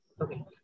Okay